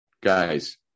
guys